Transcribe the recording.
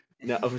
no